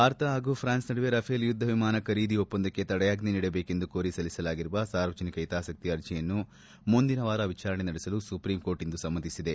ಭಾರತ ಹಾಗೂ ಫ್ರಾನ್ಸ್ ನಡುವೆ ರಫೆಲ್ ಯುದ್ದ ವಿಮಾನ ಖರೀದಿ ಒಪ್ಪಂದಕ್ಕೆ ತಡೆಯಾಜ್ಜೆ ನೀಡಬೇಕೆಂದು ಕೋರಿ ಸಲ್ಲಿಸಲಾಗಿರುವ ಸಾರ್ವಜನಿಕ ಹಿತಾಸಕ್ತಿ ಅರ್ಜಿಯನ್ನು ಮುಂದಿನ ವಾರ ವಿಚಾರಣೆ ನಡೆಸಲು ಸುಪ್ರೀಂ ಕೋರ್ಟ್ ಇಂದು ಸಮ್ನತಿಸಿದೆ